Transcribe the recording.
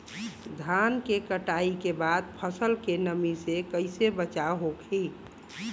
धान के कटाई के बाद फसल के नमी से कइसे बचाव होखि?